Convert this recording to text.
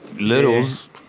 Littles